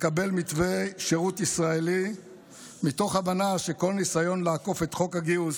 ולקבל מתווה שירות ישראלי מתוך הבנה שכל ניסיון לעקוף את חוק הגיוס